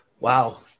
Wow